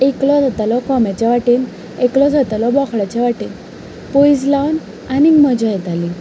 एकलो जातालो कोंब्याच्या वाटेन एकलो जातालो बोकड्याच्या वाटेन पैज लावन आनीक मजा येताली